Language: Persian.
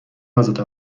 حضرت